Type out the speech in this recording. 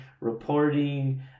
reporting